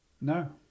No